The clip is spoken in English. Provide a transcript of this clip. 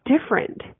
different